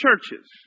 churches